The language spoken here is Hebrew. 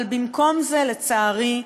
אבל במקום זה, לצערי,